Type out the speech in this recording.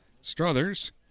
Struthers